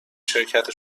شرکت